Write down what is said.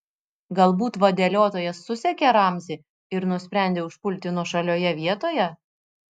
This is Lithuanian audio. galbūt vadeliotojas susekė ramzį ir nusprendė užpulti nuošalioje vietoje